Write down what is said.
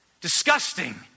Disgusting